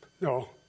No